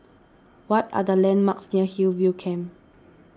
what are the landmarks near Hillview Camp